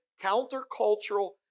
countercultural